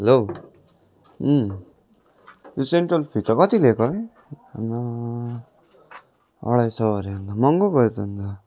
hello यो central fee त कति लिएको है आमामा अढाई सय अरे महँगो भयो नि त अन्त